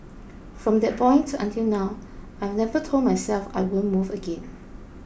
from that point until now I've never told myself I won't move again